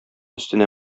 өстенә